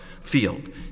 field